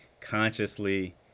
consciously